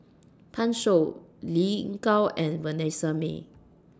Pan Shou Lin Gao and Vanessa Mae